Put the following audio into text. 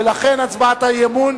לכן הצבעת האי-אמון